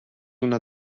una